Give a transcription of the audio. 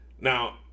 Now